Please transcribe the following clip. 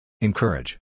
Encourage